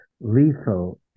lethal